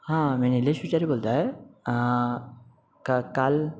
हां मी नीलश विचारे बोलताय का काल